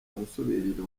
gusubirira